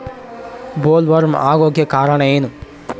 Bollworm ಆಗೋಕೆ ಕಾರಣ ಏನು?